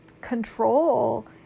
control